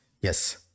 Yes